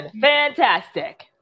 fantastic